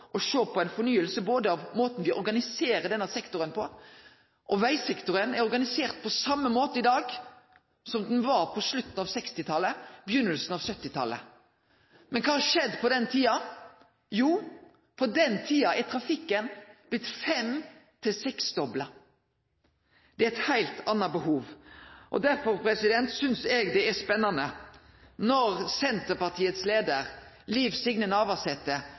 å sjå på ei fornying av måten me organiserer denne sektoren på. Vegsektoren er organisert på same måte i dag som han var på slutten av 1960-talet og byrjinga av 1970-talet. Kva har skjedd på den tida? Jo, på den tida har trafikken blitt fem–seksdobla. Det er eit heilt anna behov. Derfor synest eg det er spennande når Senterpartiet sin leiar, Liv Signe